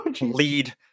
lead